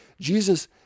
Jesus